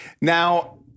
Now